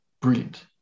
brilliant